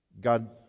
God